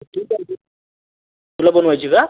ठीकंय नं जी तुला बनवायची का